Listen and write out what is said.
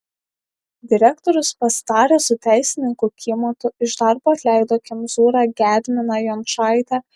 direktorius pasitaręs su teisininku kymantu iš darbo atleido kemzūrą gedminą jončaitę